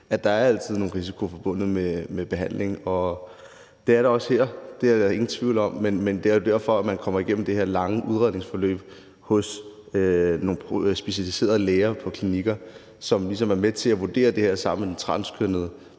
at der altid er nogen risiko forbundet med behandling, og det er der også her. Det er der ingen tvivl om. Men det er derfor, man kommer igennem det her lange udredningsforløb hos nogle specialiserede læger på klinikker, som sammen med den transkønnede